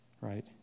right